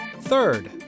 Third